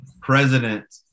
president